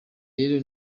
rero